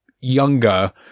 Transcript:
younger